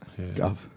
Gov